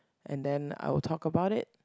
and then I will talk about it